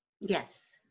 Yes